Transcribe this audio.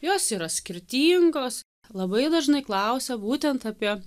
jos yra skirtingos labai dažnai klausia būtent apie